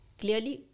clearly